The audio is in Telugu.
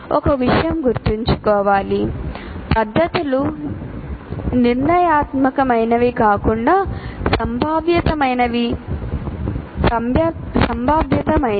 ఒక విషయం గుర్తుంచుకోవాలి పద్ధతులు నిర్ణయాత్మకమైనవి కాకుండా సంభావ్యతమైనవి